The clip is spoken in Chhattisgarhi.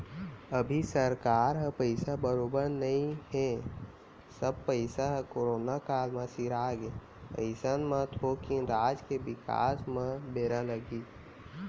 अभी सरकार ह पइसा बरोबर नइ हे सब पइसा ह करोना काल म सिरागे अइसन म थोकिन राज के बिकास म बेरा लगही